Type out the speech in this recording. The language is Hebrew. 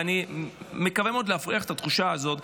ואני מקווה מאוד להפריך את התחושה הזאת,